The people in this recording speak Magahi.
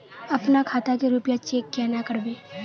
अपना खाता के रुपया चेक केना करबे?